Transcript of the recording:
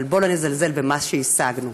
אבל בואו לא נזלזל במה שהשגנו.